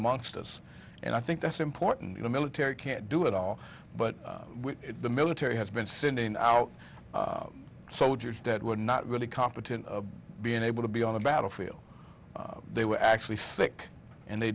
amongst us and i think that's important in the military can't do it all but the military has been sending out soldiers that were not really competent being able to be on the battlefield they were actually sick and they